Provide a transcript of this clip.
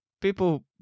People